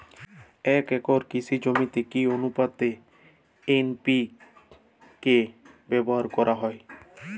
এক একর কৃষি জমিতে কি আনুপাতে এন.পি.কে ব্যবহার করা হয়?